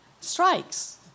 strikes